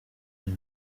ajye